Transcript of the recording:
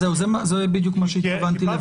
זה בדיוק מה שהתכוונתי לבקש.